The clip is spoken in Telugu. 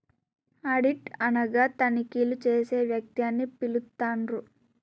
ఆడిట్ అనగా తనిఖీలు చేసే వ్యక్తి అని పిలుత్తండ్రు